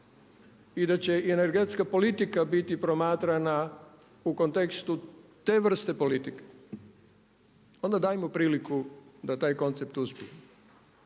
i da će energetska politika biti promatrana u kontekstu te vrste politike onda dajmo priliku da taj koncept uspije.